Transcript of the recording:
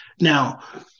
Now